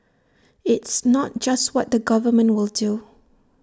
it's not just what the government will do